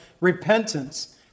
repentance